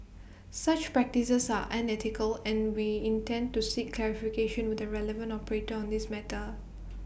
such practices are unethical and we intend to seek clarification with the relevant operator on this matter